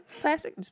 Classic